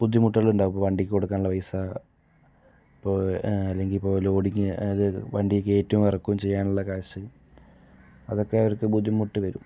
ബുദ്ധിമുട്ടുകൾ ഉണ്ടാകും വണ്ടിക്ക് കൊടുക്കാനുള്ള പൈസ ഇപ്പോൾ അല്ലെങ്കിൽ ഇപ്പോൾ ലോഡിങ് വണ്ടിയിൽ കയറ്റും ഇറക്കും ചെയ്യാനുള്ള കാശ് അതൊക്കെ അവർക്ക് ബുദ്ധിമുട്ട് വരും